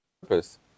purpose